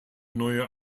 neue